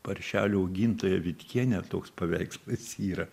paršelių augintoją vitkienę toks paveikslas yra